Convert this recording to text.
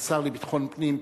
השר לביטחון הפנים,